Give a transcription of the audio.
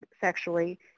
sexually